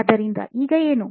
ಆದ್ದರಿಂದ ಈಗ ಏನು